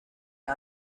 out